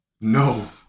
No